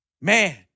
Man